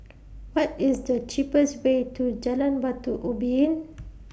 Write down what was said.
What IS The cheapest Way to Jalan Batu Ubin